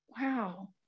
Wow